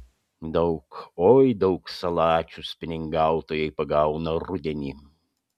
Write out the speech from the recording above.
daug oi daug salačių spiningautojai pagauna rudenį